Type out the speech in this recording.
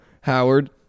Howard